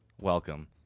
welcome